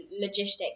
logistics